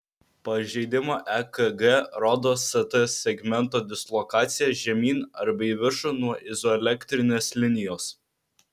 pažeidimą ekg rodo st segmento dislokacija žemyn arba į viršų nuo izoelektrinės linijos